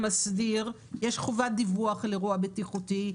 יש חובת דיווח על אירוע בטיחותי,